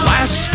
Last